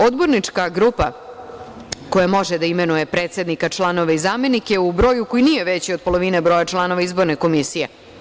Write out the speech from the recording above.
Odbornička grupa koja može da imenuje predsednika, članove i zamenike u broju koji nije veći od polovine broja članova izborne komisije.